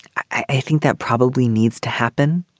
i think that probably needs to happen.